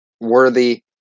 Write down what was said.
worthy